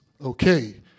Okay